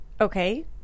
Okay